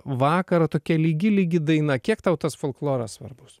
vakarą tokia lygi lygi daina kiek tau tas folkloras svarbus